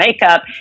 makeup